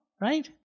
right